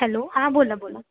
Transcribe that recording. hello हां बोला बोला